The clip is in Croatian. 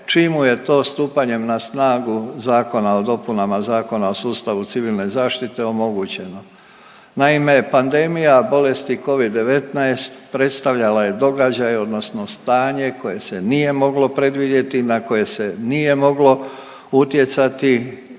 čim mu je to stupanjem na snagu Zakona o dopunama Zakona o sustavu Civilne zaštite omogućeno. Naime, pandemija bolesti covid-19 predstavljala je događaj, odnosno stanje koje se nije moglo predvidjeti, na koje se nije moglo utjecati,